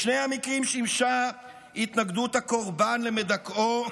בשני המקרים שימשה התנגדות הקורבן למדכאו